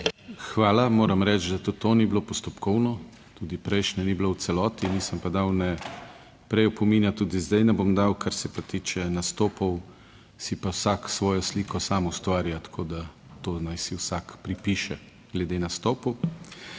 Hvala. Moram reči, da tudi to ni bilo postopkovno, tudi prejšnje ni bilo v celoti, nisem pa dal prej opomina, tudi zdaj ne bom dal. Kar se pa tiče nastopov, si pa vsak svojo sliko sam ustvarja, tako da, to naj si vsak pripiše glede nastopov.